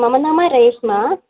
मम नाम रेश्मा